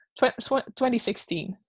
2016